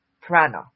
prana